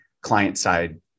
client-side